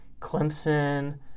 Clemson